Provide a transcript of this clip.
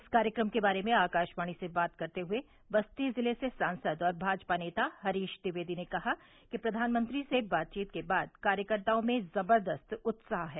इस कार्यक्रम के बारे में आकाशवाणी से बात करते हुए बस्ती जिले से सांसद और भाजपा नेता हरीश ट्विवेदी ने कहा कि प्रधानमंत्री से बातचीत के बाद कार्यकर्ताओं में जबरदस्त उत्साह है